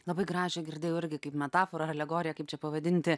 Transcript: labai gražią girdėjau irgi kaip metaforą alegoriją kaip čia pavadinti